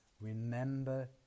remember